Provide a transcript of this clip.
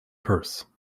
purse